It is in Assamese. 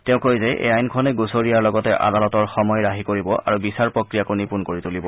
তেওঁ কয় যে এই আইনখনে গুচৰীয়াৰ লগতে আদালতৰ সময় ৰাহি কৰিব আৰু বিচাৰ প্ৰক্ৰিয়াকো নিপুন কৰি তুলিব